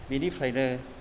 बिनिफ्रायनो